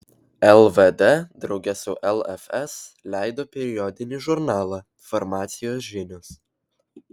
lvd drauge su lfs leido periodinį žurnalą farmacijos žinios